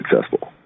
successful